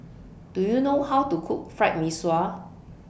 Do YOU know How to Cook Fried Mee Sua